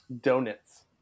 donuts